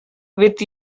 with